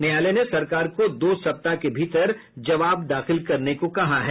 न्यायालय ने सरकार को दो सप्ताह के भीतर जवाब दाखिल करने को कहा है